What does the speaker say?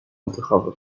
odruchowo